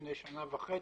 מלפני שנה וחצי,